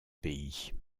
pays